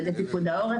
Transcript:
ועל ידי פיקוד העורף,